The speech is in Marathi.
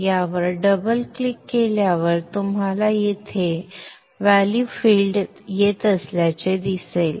त्यावर डबल क्लिक केल्यावर तुम्हाला येथे व्हॅल्यू फील्ड येत असल्याचे दिसेल